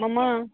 मम